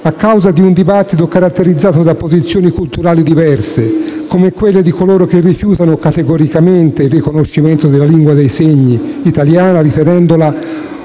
a causa di un dibattito caratterizzato da posizioni culturali diverse, come quelle di coloro che rifiutano categoricamente il riconoscimento della lingua dei segni italiana ritenendola